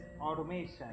automation